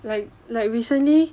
like like recently